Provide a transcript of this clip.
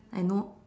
I know